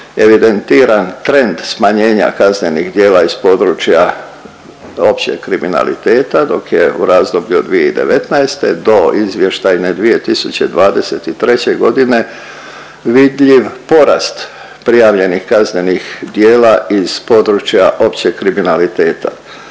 evidentiran trend smanjenja kaznenih djela iz područja općeg kriminaliteta, dok je u razdoblju od 2019. do izvještajne 2023. g. vidljiv porast prijavljenih kaznenih djela iz područja općeg kriminaliteta.